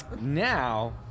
Now